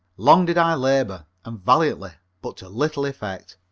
long did i labor and valiantly but to little effect.